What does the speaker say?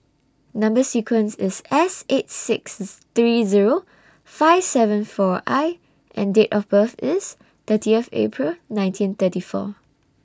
Number sequence IS S eight six three Zero five seven four I and Date of birth IS thirtieth April nineteen thirty four